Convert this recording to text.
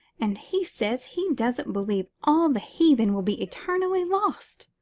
and he says he doesn't believe all the heathen will be eternally lost.